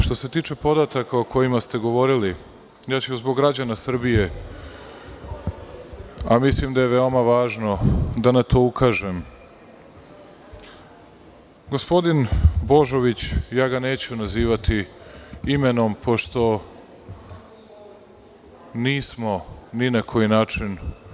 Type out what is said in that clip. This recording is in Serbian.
Što se tiče podataka o kojima ste govorili, zbog građana Srbije, a mislim da je to veoma važno, da na to ukažem, gospodin Božović, neću ga nazivati imenom, pošto nismo ni na koji način